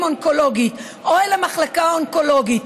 אונקולוגית או אל המחלקה האונקולוגית,